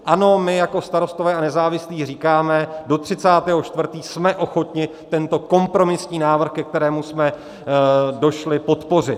Ano, my jako Starostové a nezávislí říkáme do 30. 4. jsme schopni tento kompromisní návrh, ke kterému jsme došli, podpořit.